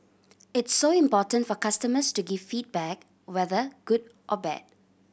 it's so important for customers to give feedback whether good or bad